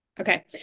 Okay